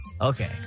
Okay